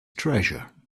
treasure